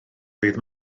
ddydd